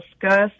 discuss